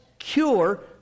cure